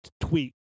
tweet